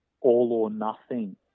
all-or-nothing